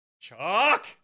Chuck